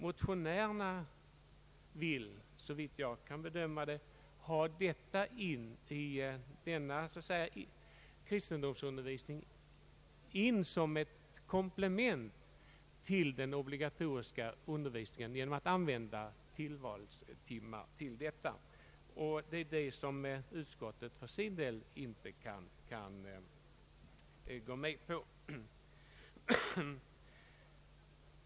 Motionärerna vill, såvitt jag kan bedöma, ge möjlighet till ytterligare kristendomsundervisning som ett komplement till den obligatoriska undervisningen i ämnet. Detta kan utskottet för sin del inte gå med på.